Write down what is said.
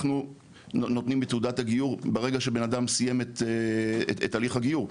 אנחנו נותנים את תעודת הגיור ברגע שבן אדם סיים את הליך הגיור.